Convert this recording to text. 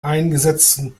eingesetzten